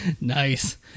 nice